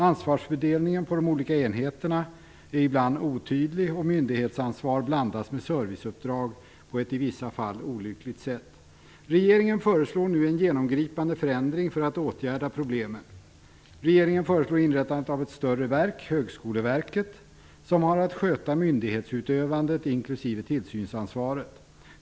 Ansvarsfördelningen på de olika enheterna är ibland otydlig, och myndighetsansvar blandas med serviceuppdrag på ett i vissa fall olyckligt sätt. Regeringen föreslår nu en genomgripande förändring för att åtgärda problemen. Regeringen föreslår inrättandet av ett större verk, Högskoleverket, som har att sköta myndighetsutövandet inklusive tillsynsansvaret.